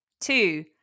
Two